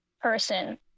person